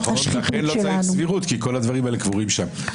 לכן לא צריך סבירות, כי כל הדברים האלה קבורים שם.